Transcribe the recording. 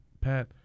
Pat